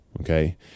Okay